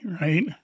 right